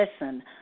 listen